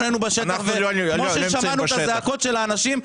אנחנו היינו בשטח וכמו ששמענו את הזעקות של האנשים,